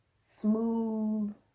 smooth